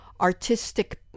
artistic